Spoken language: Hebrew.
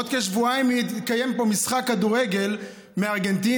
בעוד כשבועיים יתקיים פה משחק כדורגל מארגנטינה,